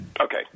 Okay